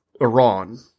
Iran –